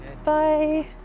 Bye